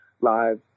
live